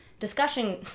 Discussion